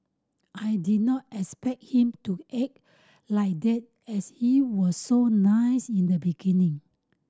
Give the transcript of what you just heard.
I did not expect him to act like that as he was so nice in the beginning